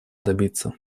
добиться